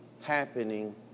happening